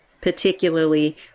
particularly